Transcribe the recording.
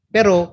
Pero